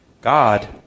God